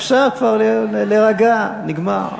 אפשר להירגע, נגמר.